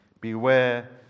beware